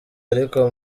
ariko